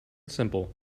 simple